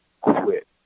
quit